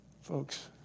Folks